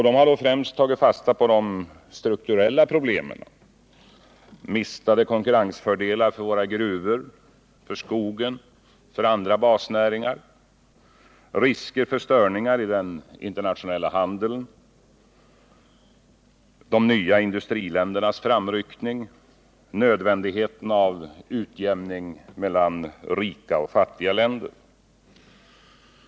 De har främst tagit fasta på de strukturella problemen: mistade konkurrensfördelar för våra gruvor, för skogen och för andra basnäringar, risker för störningar i den internationella handeln, de nya industriländernas framryckning, nödvändigheten av utjämning mellan rika och fattiga länder.